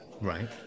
right